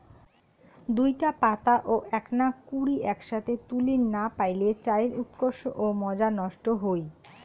দুইটা পাতা ও এ্যাকনা কুড়ি এ্যাকসথে তুলির না পাইলে চায়ের উৎকর্ষ ও মজা নষ্ট হই